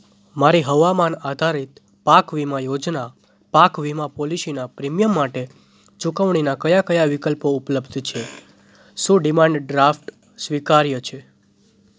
મારી હવામાન આધારિત પાક વીમા યોજના પાક વીમા પોલિસીનાં પ્રીમિયમ માટે ચુકવણીના કયા કયા વિકલ્પો ઉપલબ્ધ છે શું ડિમાન્ડ ડ્રાફ્ટ સ્વીકાર્ય છે